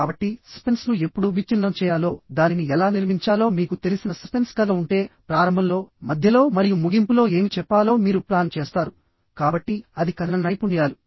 కాబట్టి సస్పెన్స్ను ఎప్పుడు విచ్ఛిన్నం చేయాలో దానిని ఎలా నిర్మించాలో మీకు తెలిసిన సస్పెన్స్ కథ ఉంటే ప్రారంభంలో మధ్యలో మరియు ముగింపులో ఏమి చెప్పాలో మీరు ప్లాన్ చేస్తారు కాబట్టి అది కథన నైపుణ్యాలు